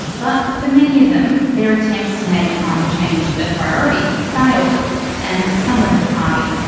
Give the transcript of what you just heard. but, for many of them, their attempts to make climate change a priority failed and some left the party.